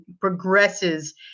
progresses